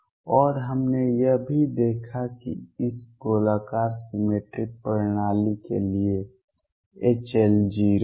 और हमने यह भी देखा कि इस गोलाकार सिमेट्रिक प्रणाली के लिए H L 0 है